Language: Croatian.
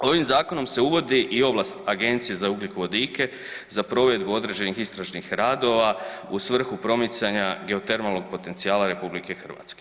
Ovim zakonom se uvode i ovlasti Agenciji za ugljikovodike za provedbu određenih istražnih radova, u svrhu promicanja geotermalnog potencijala RH.